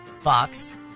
Fox